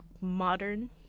modern